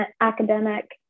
academic